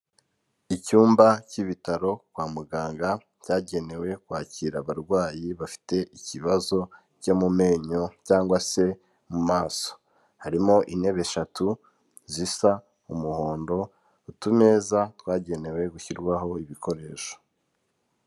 Icyumba cy'ibitaro kwa muganga, byagenewe kwakira abarwayi bafite ikibazo cyo mu menyo cyangwa se mu maso. Harimo intebe eshatu zisa umuhondo, utumeza twagenewe gushyirwaho ibikoresho.